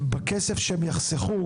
בכסף שהם יחסכו